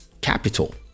capital